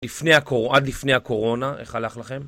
לפני, עד לפני הקורונה, איך הלך לכם?